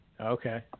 okay